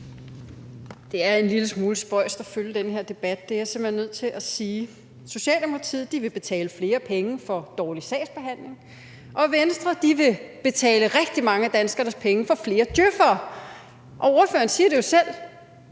Det er en lille smule spøjst at følge den her debat. Det er jeg simpelt hen nødt til at sige. Socialdemokratiet vil betale flere penge for dårlig sagsbehandling, og Venstre vil betale rigtig mange af danskernes penge for flere djøf'ere. Og ordføreren siger det jo selv: